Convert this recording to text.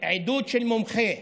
עדות של מומחה: